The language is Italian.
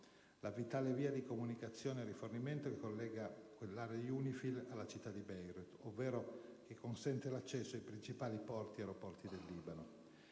la vitale via di comunicazione e rifornimento che collega questa con la città di Beirut, ovvero che consente l'accesso ai principali porti ed aeroporti del Libano.